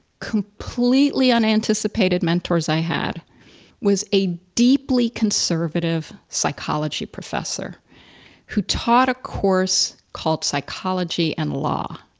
completely unanticipated mentors i had was a deeply conservative psychology professor who taught a course called psychology and law.